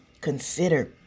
Consider